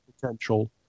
potential